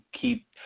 keep